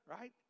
right